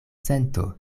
sento